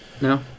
No